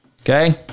Okay